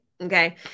Okay